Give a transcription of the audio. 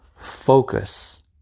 Focus